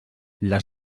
les